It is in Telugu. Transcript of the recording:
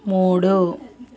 మూడు